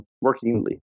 working